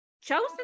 chosen